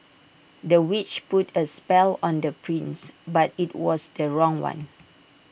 the witch put A spell on the prince but IT was the wrong one